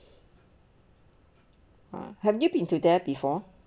uh have you been to there before